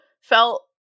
felt